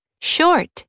short